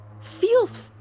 feels